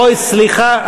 אוי, סליחה.